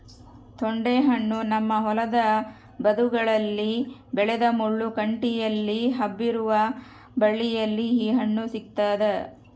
ತೊಂಡೆಹಣ್ಣು ನಮ್ಮ ಹೊಲದ ಬದುಗಳಲ್ಲಿ ಬೆಳೆದ ಮುಳ್ಳು ಕಂಟಿಯಲ್ಲಿ ಹಬ್ಬಿರುವ ಬಳ್ಳಿಯಲ್ಲಿ ಈ ಹಣ್ಣು ಸಿಗ್ತಾದ